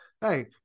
Hey